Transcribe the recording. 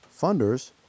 funders